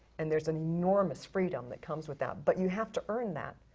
and there's enormous freedom that comes with that but you have to earn that.